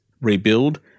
rebuild